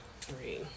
three